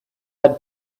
had